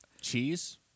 cheese